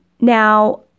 Now